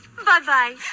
Bye-bye